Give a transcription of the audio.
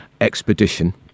expedition